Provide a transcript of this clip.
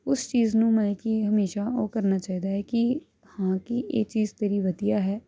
ਉਸ ਚੀਜ਼ ਨੂੰ ਮੈਂ ਕਿ ਹਮੇਸ਼ਾ ਉਹ ਕਰਨਾ ਚਾਹੀਦਾ ਹੈ ਕਿ ਹਾਂ ਕਿ ਇਹ ਚੀਜ਼ ਤੇਰੀ ਵਧੀਆ ਹੈ